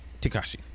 Takashi